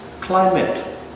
climate